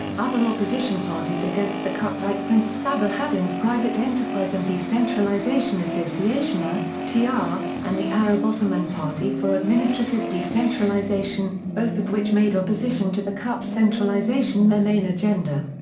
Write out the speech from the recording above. other opposition parties against the cup like prince sabahaddin's private enterprise and decentralization association ah tr ah and the arab ottoman party for administrative decentralization, both of which made opposition to the cup's centralization their main agenda.